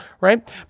right